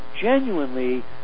genuinely